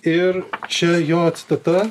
ir čia jo citata